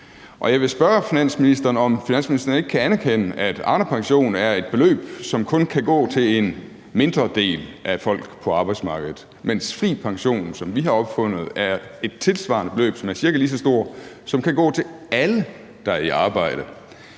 Jeg vil spørge finansministeren, om han ikke kan anerkende, at Arnepension er et beløb, som kun kan gå til en mindre del af folk på arbejdsmarkedet, mens fri pension, som vi har opfundet, er et tilsvarende beløb, som altså er cirka lige så stort, der kan gå til alle, der er i arbejde,